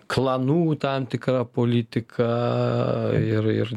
klanų tam tikra politika ir ir